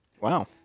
Wow